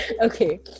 Okay